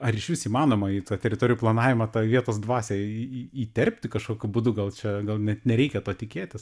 ar išvis įmanoma į tą teritorijų planavimą tą vietos dvasią į į įterpti kažkokiu būdu gal čia gal net nereikia to tikėtis